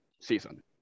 season